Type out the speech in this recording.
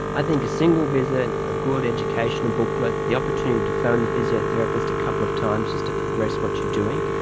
i think a single visit, a good educational booklet, the opportunity to phone the physiotherapist a couple of times just to progress what you are doing,